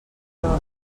però